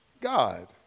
God